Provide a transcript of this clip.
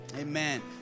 Amen